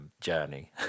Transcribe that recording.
journey